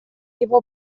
его